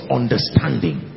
understanding